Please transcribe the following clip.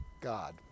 God